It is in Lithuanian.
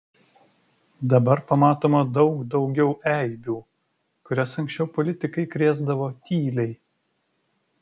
dabar pamatoma daug daugiau eibių kurias anksčiau politikai krėsdavo tyliai